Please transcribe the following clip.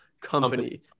company